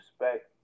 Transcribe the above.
respect